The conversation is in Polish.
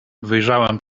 wyjrzałem